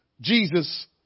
Jesus